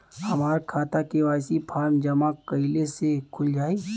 हमार खाता KYC form जमा कइले से खुल जाई?